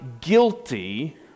guilty